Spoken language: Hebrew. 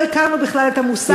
לא הכרנו בכלל את המושג עוטף,